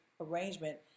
arrangement